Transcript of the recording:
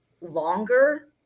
longer